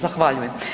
Zahvaljujem.